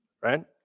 right